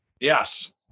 Yes